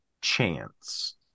chance